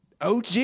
OG